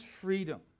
freedom